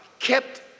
Kept